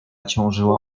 ciążyła